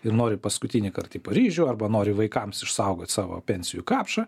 ir nori paskutinį kart į paryžių arba nori vaikams išsaugot savo pensijų kapšą